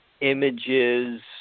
images